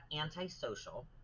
antisocial